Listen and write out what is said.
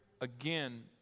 again